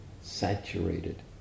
saturated